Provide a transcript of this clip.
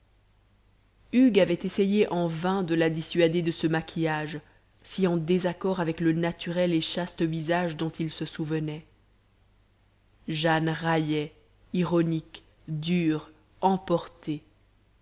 hugues avait essayé en vain de la dissuader de ce maquillage si en désaccord avec le naturel et chaste visage dont il se souvenait jane raillait ironique dure emportée